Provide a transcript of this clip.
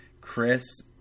Chris